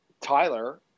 tyler